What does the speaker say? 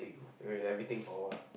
wait let me think for a while